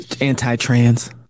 Anti-trans